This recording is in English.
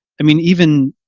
i mean even